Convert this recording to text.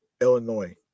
Illinois